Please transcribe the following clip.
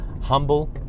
humble